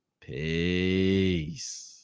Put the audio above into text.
peace